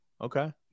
Okay